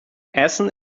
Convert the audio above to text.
essen